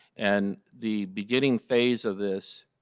and the beginning phase of this